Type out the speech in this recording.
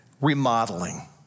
remodeling